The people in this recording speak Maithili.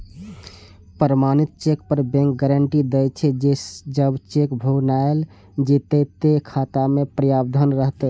प्रमाणित चेक पर बैंक गारंटी दै छे, जे जब चेक भुनाएल जेतै, ते खाता मे पर्याप्त धन रहतै